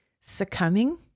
succumbing